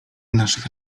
naszych